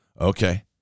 Okay